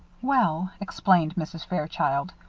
well, explained mrs. fairchild,